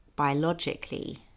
biologically